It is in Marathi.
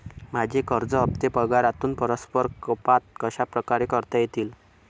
माझे कर्ज हफ्ते पगारातून परस्पर कपात कशाप्रकारे करता येतील?